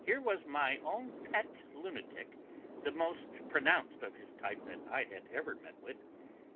here was my own pet lunatic the most pronounced of his type that i had ever met with